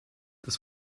das